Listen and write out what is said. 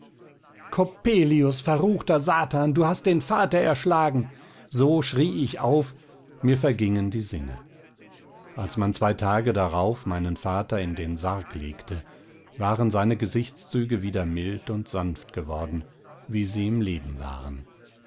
coppelius verruchter satan du hast den vater erschlagen so schrie ich auf mir vergingen die sinne als man zwei tage darauf meinen vater in den sarg legte waren seine gesichtszüge wieder mild und sanft geworden wie sie im leben waren